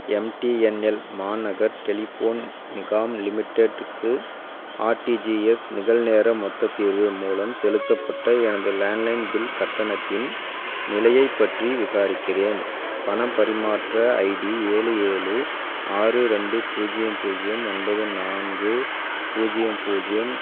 MTNL Mahanagar telephone Nigam லிமிடெட்டுக்கு RTGS நிகல்நேர மொத்த தீர்வு மூலம் செலுத்தப்பட்ட எனது லேண்ட்லைன் பில் கட்டணத்தின் நிலையை பற்றி விசாரிக்கிறேன் பணப் பரிமாற்ற ஐடி ஏழு ஏழு ஆறு ரெண்டு பூஜ்ஜியம் பூஜ்ஜியம் ஒன்பது நான்கு பூஜ்ஜியம் பூஜ்ஜியம்